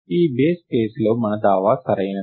కాబట్టి ఈ బేస్ కేసులో మన దావా సరైనది